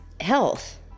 health